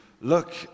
look